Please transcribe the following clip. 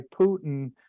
Putin